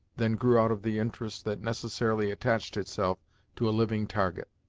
than grew out of the interest that necessarily attached itself to a living target.